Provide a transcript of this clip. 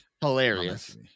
hilarious